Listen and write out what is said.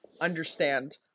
understand